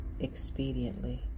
expediently